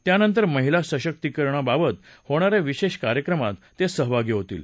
त्यानंतर महिला सशक्तिकरणाबाबत होणा या विशेष कार्यक्रमात ते सहभागी होतील